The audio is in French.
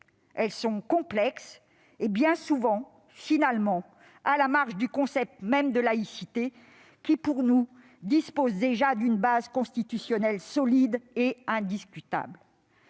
plurielles, complexes et bien souvent, finalement, à la marge du concept même de « laïcité », qui pour nous dispose déjà d'une base constitutionnelle solide et indiscutable.